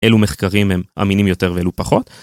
אילו מחקרים הם אמינים יותר ואילו פחות,